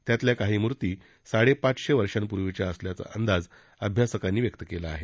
त्यातल्या काही मूर्ती साडेपाचशे वर्षापूर्वीच्या असल्याचा अंदाज अभ्यासकांनी व्यक्त केला आहे